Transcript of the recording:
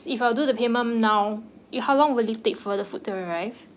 if I do the payment now it how long will it take for the food to arrive